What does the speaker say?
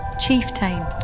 Chieftain